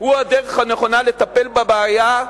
הוא הדרך הנכונה לטפל בבעיה,